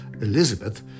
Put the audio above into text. Elizabeth